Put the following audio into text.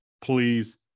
Please